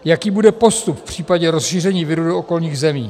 Jaký bude postup v případě rozšíření viru do okolních zemí?